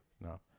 No